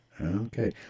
Okay